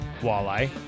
walleye